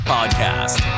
Podcast